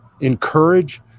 encourage